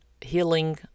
healing